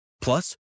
plus